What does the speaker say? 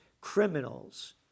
Criminals